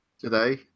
today